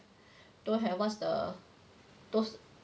don't have what's the those